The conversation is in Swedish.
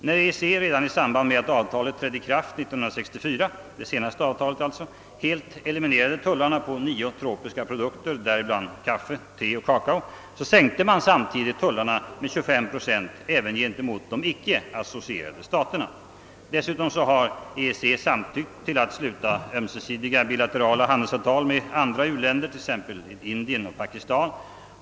När EEC redan i samband med att det senaste avtalet trädde i kraft år 1964 helt eliminerade tullarna på nio tropiska produkter, däribland kaffe, te och kakao, sänktes de samtidigt med 25 procent även gentemot de icke associerade staterna. Dessutom har EEC samtyckt till att sluta ömsesidiga bilaterala handelsavtal med andra u-länder, t.ex. Indien och Pakistan.